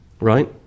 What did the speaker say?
Right